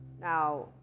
Now